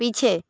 पीछे